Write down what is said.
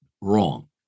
wrong